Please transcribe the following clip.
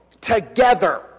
together